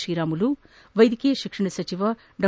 ಶ್ರೀರಾಮುಲು ವೈದ್ಯಕೀಯ ಶಿಕ್ಷಣ ಸಚಿವ ಡಾ